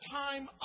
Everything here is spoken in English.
time